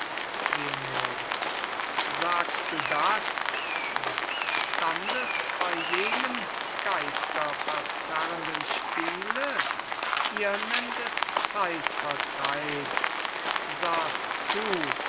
leonore sagst du das und standest bei jenem geisterverzerrenden spiele ihr nennt es zeitvertreib sahest zu